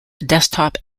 desktop